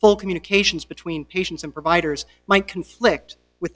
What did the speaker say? full communications between patients and providers might conflict with